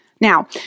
Now